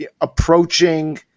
approaching